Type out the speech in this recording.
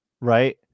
right